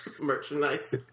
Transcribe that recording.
merchandise